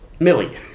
Millie